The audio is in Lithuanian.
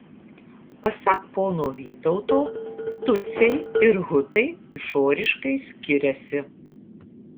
pasak pono vytauto tutsiai ir hutai išoriškai skiriasi